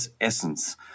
essence